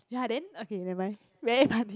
ya then okay never mind very funny